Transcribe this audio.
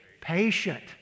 patient